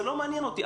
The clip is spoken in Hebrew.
זה לא מעניין אותי.